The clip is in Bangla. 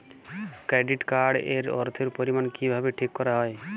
কেডিট কার্ড এর অর্থের পরিমান কিভাবে ঠিক করা হয়?